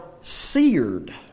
seared